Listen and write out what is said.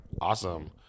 awesome